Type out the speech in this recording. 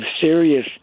serious